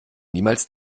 niemals